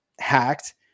hacked